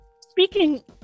speaking